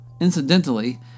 Incidentally